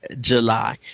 July